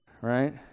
Right